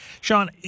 Sean